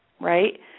right